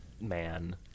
man